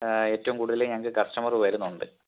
ഏറ്റവും കൂടുതൽ ഞങ്ങൾക്ക് കസ്റ്റമർ വരുന്നുണ്ട്